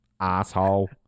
Asshole